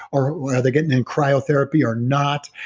are they getting in cryo therapy or not?